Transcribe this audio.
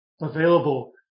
available